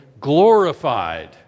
glorified